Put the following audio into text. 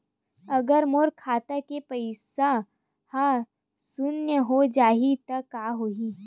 अगर मोर खाता के पईसा ह शून्य हो जाही त का होही?